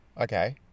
okay